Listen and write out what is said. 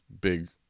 big